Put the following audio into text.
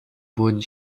wurden